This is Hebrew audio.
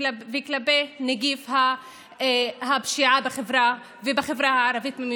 ובושה על החברה הישראלית שנה וחצי.